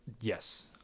Yes